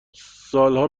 سالها